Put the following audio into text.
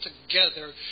together